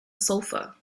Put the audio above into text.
sulfur